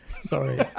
Sorry